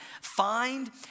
find